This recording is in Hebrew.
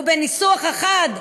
או בניסוח אחר,